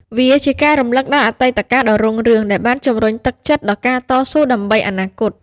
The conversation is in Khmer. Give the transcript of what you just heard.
វាជាការរំលឹកដល់អតីតកាលដ៏រុងរឿង ដែលបានជំរុញទឹកចិត្តដល់ការតស៊ូដើម្បីអនាគត។